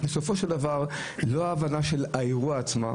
בסופו של דבר לא הייתה הבנה של האירוע עצמו,